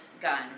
gun